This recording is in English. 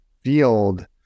field